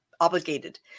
obligated